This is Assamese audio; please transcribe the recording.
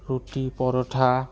ৰুটি পৰঠা